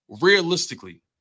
Realistically